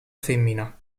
femmina